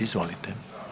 Izvolite.